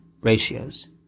ratios